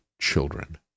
children